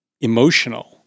emotional